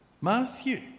Matthew